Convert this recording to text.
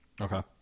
okay